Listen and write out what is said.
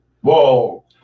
Whoa